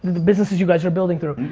the businesses you guys are building through,